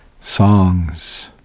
songs